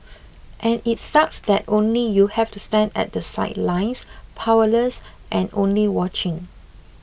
and it sucks that only you've to stand at the sidelines powerless and only watching